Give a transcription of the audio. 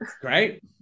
great